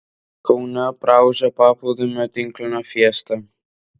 kaune praūžė paplūdimio tinklinio fiesta